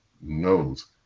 knows